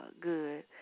good